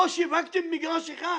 לא שיווקתם מגרש אחד.